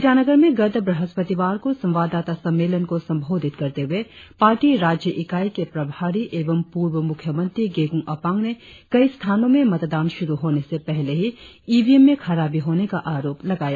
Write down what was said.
ईटानगर में गत ब्रहस्पतिवार को संवाददाता सम्मेलन को संबोधित करते हुए पार्टी राज्य ईकाई के प्रभारी एवं पूर्व मुख्यमंत्री गेगोंग अपांग ने कई स्थानो में मतदान शुरु होने से पहले ही इ वी एम में खराबी होने का आरोप लगाया